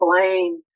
blame